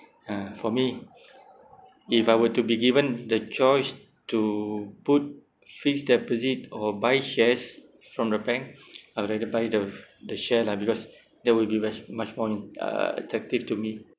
uh for me if I were to be given the choice to put fixed deposit or buy shares from the bank uh I will rather buy the the share lah because that will be very much more uh attractive to me